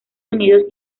unidos